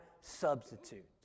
substitute